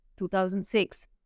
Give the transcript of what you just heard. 2006